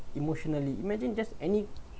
emotionally imagine just any